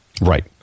Right